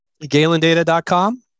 GalenData.com